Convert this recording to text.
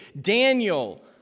Daniel